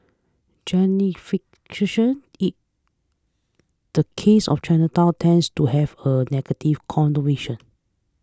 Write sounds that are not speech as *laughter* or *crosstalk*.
*unintelligible* in the case of Chinatown tends to have a negative connotation